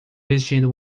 vestindo